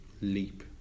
leap